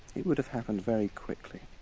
it would have happened very quickly.